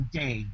day